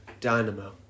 Dynamo